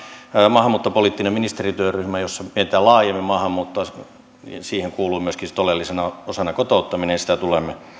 maahanmuuttopoliittinen ministerityöryhmä jossa mietitään laajemmin maahanmuuttoa ja siihen kuuluu myöskin sitten oleellisena osana kotouttaminen ja sitä tulemme